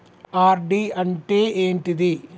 RD D ఏంటిది?